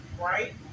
right